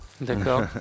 D'accord